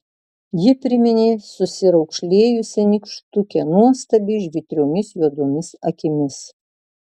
ji priminė susiraukšlėjusią nykštukę nuostabiai žvitriomis juodomis akimis